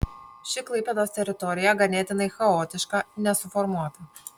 ši klaipėdos teritorija ganėtinai chaotiška nesuformuota